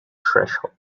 threshold